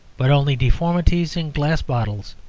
but only deformities in glass bottles,